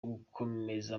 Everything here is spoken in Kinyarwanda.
gukomeza